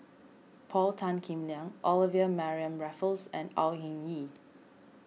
Paul Tan Kim Liang Olivia Mariamne Raffles and Au Hing Yee